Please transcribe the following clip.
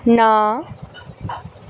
ਨਾ